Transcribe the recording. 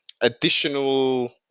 additional